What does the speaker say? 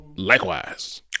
Likewise